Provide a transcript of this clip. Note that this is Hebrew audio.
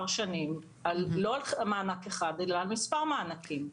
שנים לא על מענק אחד אלא על מספר מענקים.